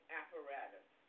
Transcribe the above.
apparatus